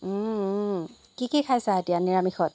কি কি খাইছা এতিয়া নিৰামিষত